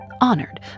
honored